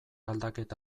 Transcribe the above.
aldaketa